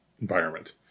environment